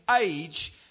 age